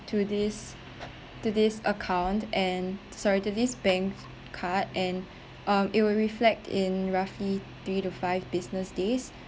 to this to this account and sorry to this bank card and um it will reflect in roughly three to five business days